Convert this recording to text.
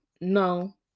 no